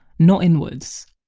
not inwards.